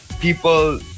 People